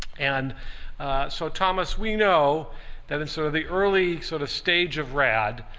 and so thomas, we know that in so the early sort of stage of rad,